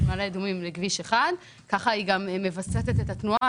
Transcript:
מעלה אדומים לכביש 1. כך היא גם מווסתת את התנועה.